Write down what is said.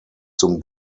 zum